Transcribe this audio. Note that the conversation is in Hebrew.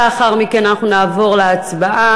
לאחר מכן אנחנו נעבור להצבעה,